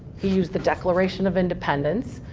he used the declaration of independence,